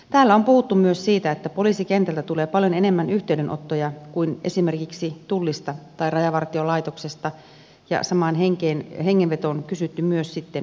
täällä on puhuttu myös siitä että poliisikentältä tulee paljon enemmän yhteydenottoja kuin esimerkiksi tullista tai rajavartiolaitoksesta ja samaan hengenvetoon kysytty myös sitten johtamisesta